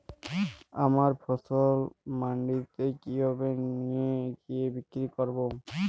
আমার ফসল মান্ডিতে কিভাবে নিয়ে গিয়ে বিক্রি করব?